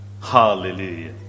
Hallelujah